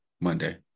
Monday